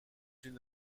une